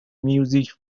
music